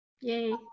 Yay